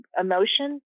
emotion